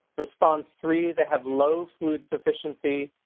response three they have low food sufficiency,